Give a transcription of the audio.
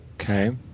Okay